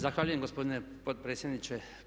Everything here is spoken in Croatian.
Zahvaljujem gospodine potpredsjedniče.